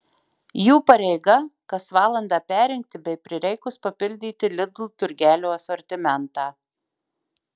jų pareiga kas valandą perrinkti bei prireikus papildyti lidl turgelio asortimentą